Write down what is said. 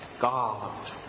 God